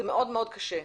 זה מאוד מאוד קשה.